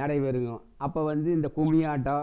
நடைபெறும் அப்போ வந்து இந்த கும்மி ஆட்டம்